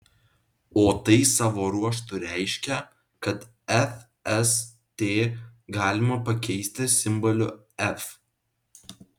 o tai savo ruožtu reiškia kad fst galima pakeisti simboliu f